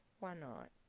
why not?